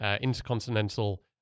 intercontinental